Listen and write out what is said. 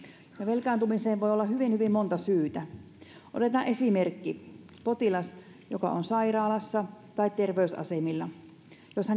ja velkaantumiseen voi olla hyvin hyvin monta syytä otetaan esimerkki potilas joka on sairaalassa tai terveysasemilla jos hän